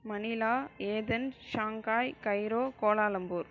மணிலா எதன் Shanghai Cairo Kuala Lumpur